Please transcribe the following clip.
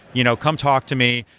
you know come talk to me,